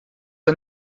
der